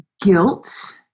guilt